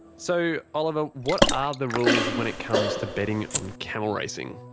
so oliver, what are the rules when it comes to betting on camel racing?